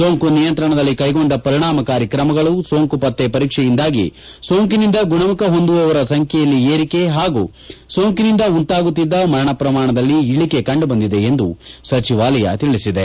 ಸೋಂಕು ನಿಯಂತ್ರಣದಲ್ಲಿ ಕೈಗೊಂಡ ಪರಿಣಾಮಕಾರಿ ಕ್ರಮಗಳು ಸೋಂಕು ಪತ್ತೆ ಪರೀಕ್ಷೆಯಿಂದಾಗಿ ಸೋಂಕಿನಿಂದ ಗುಣಮುಖ ಹೊಂದುವವರ ಸಂಖ್ಡೆಯಲ್ಲಿ ಏರಿಕೆ ಹಾಗೂ ಸೋಂಕಿನಿಂದ ಉಂಟಾಗುತ್ತಿದ್ದ ಮರಣ ಶ್ರಮಾಣದಲ್ಲಿ ಇಳಕೆ ಕಂಡುಬಂದಿದೆ ಎಂದು ಸಚಿವಾಲಯ ತಿಳಿಸಿದೆ